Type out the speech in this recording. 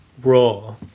...raw